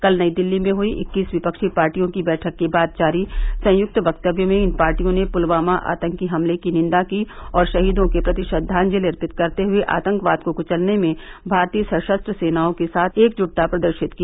कल नई दिल्ली में हई इक्कीस विपक्षी पार्टियों की बैठक के बाद जारी संयुक्त वक्तव्य में इन पार्टियों ने पुलवामा आतंकी हमले की निंदा की और शहीदों के प्रति श्रद्वांजलि अर्पित करते हुए आतंकवाद को कुचलने में भारतीय सशस्त्र सेनाओं के साथ एकजुटता प्रदर्शित की